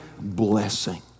blessing